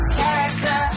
Character